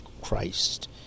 Christ